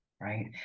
right